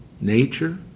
nature